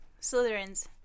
Slytherins